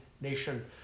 nation